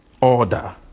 order